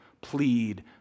plead